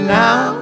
now